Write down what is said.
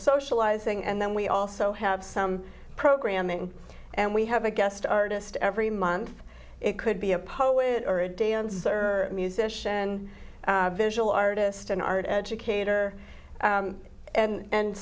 socializing and then we also have some programming and we have a guest artist every month it could be a poet or a dancer or musician a visual artist an art educator and